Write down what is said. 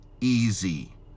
easy